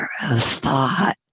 thought